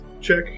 check